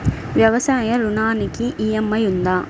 వ్యవసాయ ఋణానికి ఈ.ఎం.ఐ ఉందా?